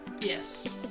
Yes